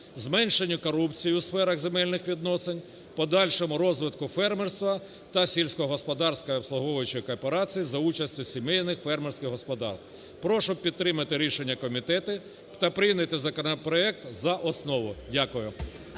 зменшенню корупції у сферах земельних відносин, подальшому розвитку фермерства та сільськогосподарської обслуговуючої кооперації за участю сімейних фермерських господарств. Прошу підтримати рішення комітету та прийняти законопроект за основу. Дякую.